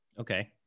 Okay